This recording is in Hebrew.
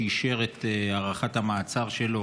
שאישר את הארכת המעצר שלו